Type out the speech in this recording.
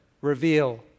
reveal